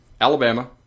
Alabama